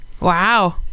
Wow